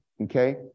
okay